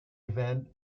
event